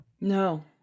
No